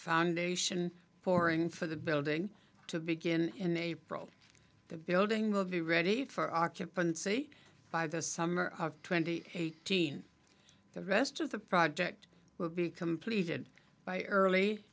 foundation for and for the building to begin in april the building will be ready for occupancy by the summer of twenty eighteen the rest of the project will be completed by early